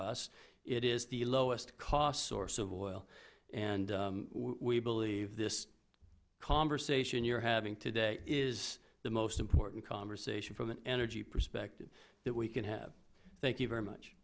us it is the lowest cost source of oil and we believe this conversation you're having today is the most important conversation from an energy perspective that we can have thank you very much